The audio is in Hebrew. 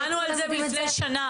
התרענו על זה לפני שנה.